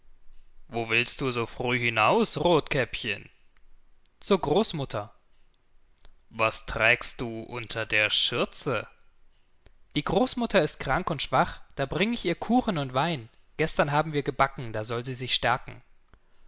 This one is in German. wo willst du so früh hinaus rothkäppchen zur großmutter was trägst du unter der schürze die großmutter ist krank und schwach da bring ich ihr kuchen und wein gestern haben wir gebacken da soll sie sich stärken